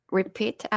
repeat